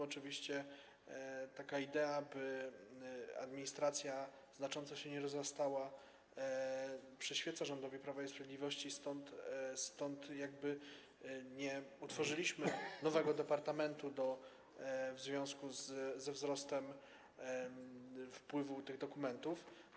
Oczywiście idea, by administracja znacząco się nie rozrastała, przyświeca rządowi Prawa i Sprawiedliwości, stąd nie utworzyliśmy nowego departamentu w związku ze wzrostem wpływu tych dokumentów.